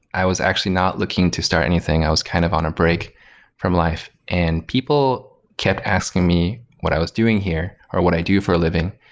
i was actually not looking to start anything. i was kind of an a break from life, and people kept asking me what i was doing here or what i do for a living,